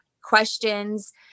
questions